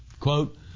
Quote